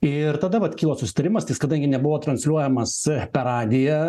ir tada vat kilo susitarimas tai jis kadangi nebuvo transliuojamas per radiją